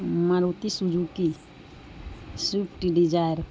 Maruti Suzuki Swift Dzire